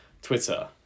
Twitter